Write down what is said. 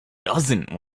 doesn’t